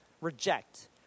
reject